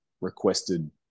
requested